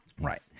Right